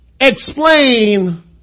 explain